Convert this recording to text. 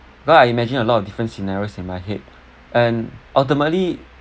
cause I imagine a lot of different scenarios in my head and ultimately